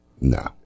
no